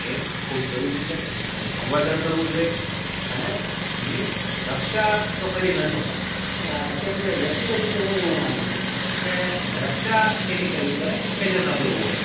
એ ખૂબ જરૂરી છે એનું સંવર્ધન કરવું જોઈએ અને એની રક્ષા તો કરી ન શકાય કેમ કે વ્યક્તિગત રીતે હું એવું માનું છું કે રક્ષા એની કરવી પડે કે જે નબળું હોય